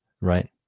Right